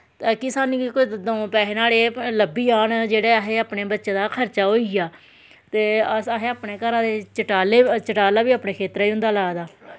कि साह्नू द'ऊं पैसे लब्भी जान जेह्ड़े असैं जेह्ड़ा असैं अपनें बच्चें दा खर्चा होई जा ते असैं अपने घरा दे शटाला बी अपने खेत्तरा च होंदा लाए दा